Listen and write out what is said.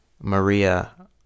Maria